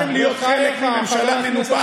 החלטתם להיות חלק מממשלה מנופחת,